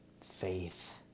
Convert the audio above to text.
faith